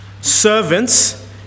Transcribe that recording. Servants